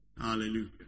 Hallelujah